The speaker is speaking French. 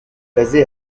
basé